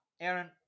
Aaron